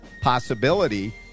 possibility